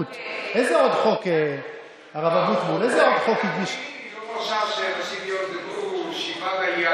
אותה ברית אחים הפכה להיות בממשלה הזאת ברית האחים המוסלמים,